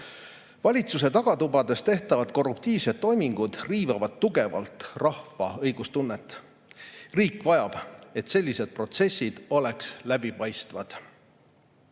Valitsuse tagatubades tehtavad korruptiivsed toimingud riivavad tugevalt rahva õigustunnet. Riik vajab, et sellised protsessid oleksid läbipaistvad.